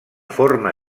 forma